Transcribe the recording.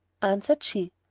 answered she,